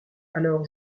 alors